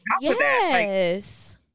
yes